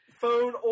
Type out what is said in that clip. phone